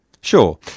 Sure